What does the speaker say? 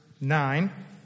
nine